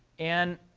and